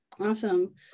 Awesome